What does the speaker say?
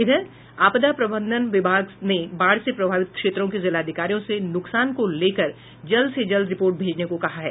इधर आपदा प्रबंधन विभाग ने बाढ़ से प्रभावित क्षेत्रों के जिलाधिकारियों से नुकसान को लेकर जल्द से जल्द रिपोर्ट भेजने को कहा है